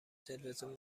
تلویزیون